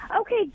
okay